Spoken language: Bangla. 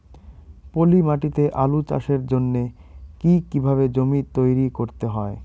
পলি মাটি তে আলু চাষের জন্যে কি কিভাবে জমি তৈরি করতে হয়?